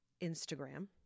Instagram